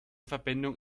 verbindung